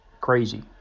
crazy